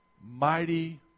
mighty